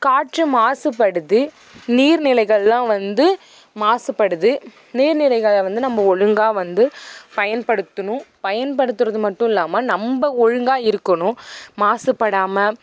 காற்று மாசுபடுது நீர் நிலைகள்லாம் வந்து மாசுபடுது நீர் நிலைகளை வந்து நம்ம ஒழுங்காக வந்து பயன்படுத்தணும் பயன்படுத்துறது மட்டும் இல்லாமல் நம்ம ஒழுங்காக இருக்கணும் மாசுபடாமல்